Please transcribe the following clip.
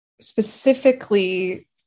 specifically